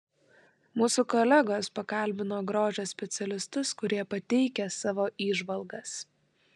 mūsų kolegos pakalbino grožio specialistus kurie pateikė savo įžvalgas